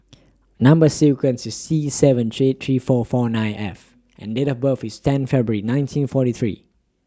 Number sequence IS T seven three three four four nine F and Date of birth IS ten February nineteen forty three